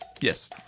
Yes